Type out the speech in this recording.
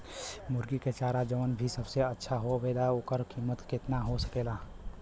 मुर्गी के चारा जवन की सबसे अच्छा आवेला ओकर कीमत केतना हो सकेला?